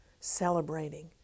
celebrating